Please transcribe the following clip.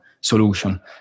solution